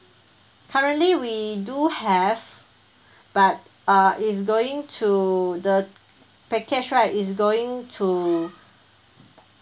currently we do have but uh it's going to the package right is going to